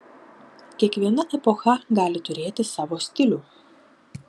kiekviena epocha gali turėti savo stilių